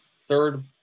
third